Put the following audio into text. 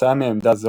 כתוצאה מעמדה זו,